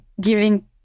giving